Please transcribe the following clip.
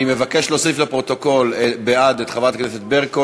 אני מבקש להוסיף לפרוטוקול להצבעה בעד את חברת הכנסת ברקו,